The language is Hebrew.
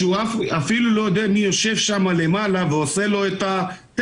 שהוא אפילו לא יודע מי יושב שם למעלה ועושה לו את הטסט,